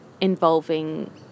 involving